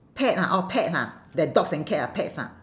pet ha orh pet ha that dogs and cat ah pets ah